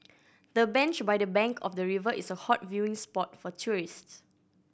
the bench by the bank of the river is a hot viewing spot for tourists